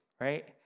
right